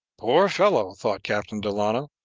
poor fellow, thought captain delano,